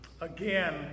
Again